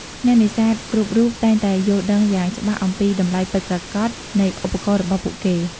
អ្នកនេសាទគ្រប់រូបតែងតែយល់ដឹងយ៉ាងច្បាស់អំពីតម្លៃពិតប្រាកដនៃឧបករណ៍របស់ពួកគេ។